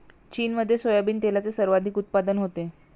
चीनमध्ये सोयाबीन तेलाचे सर्वाधिक उत्पादन होते